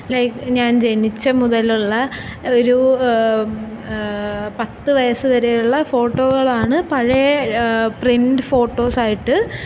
like ഞാൻ ജനിച്ച മുതലുള്ള ഒരു പത്ത് വയസ്സു വരെയുള്ള ഫോട്ടോകളാണ് പഴയ പ്രിൻ്റ് ഫോട്ടോസായിട്ട്